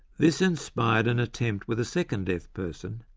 this inspired an attempt with a second deaf person,